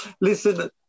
listen